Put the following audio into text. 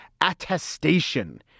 attestation